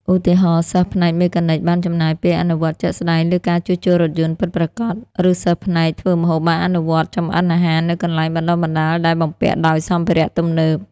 ឧទាហរណ៍ សិស្សផ្នែកមេកានិកបានចំណាយពេលអនុវត្តជាក់ស្តែងលើការជួសជុលរថយន្តពិតប្រាកដ ឬសិស្សផ្នែកធ្វើម្ហូបបានអនុវត្តចម្អិនអាហារនៅកន្លែងបណ្តុះបណ្តាលដែលបំពាក់ដោយសម្ភារៈទំនើប។